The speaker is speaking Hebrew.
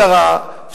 השרה,